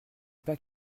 pas